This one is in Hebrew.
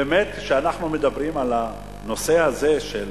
כשאנחנו מדברים על הנושא הזה של